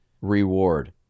reward